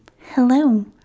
Hello